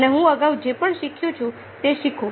અને હું અગાઉ જે પણ શીખ્યો છું તે શીખો